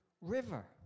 River